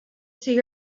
see